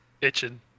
itching